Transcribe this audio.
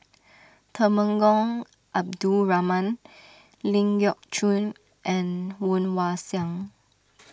Temenggong Abdul Rahman Ling Geok Choon and Woon Wah Siang